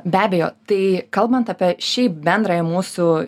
be abejo tai kalbant apie šiaip bendrąją mūsų